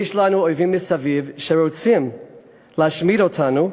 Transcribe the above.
יש לנו אויבים מסביב שרוצים להשמיד אותנו,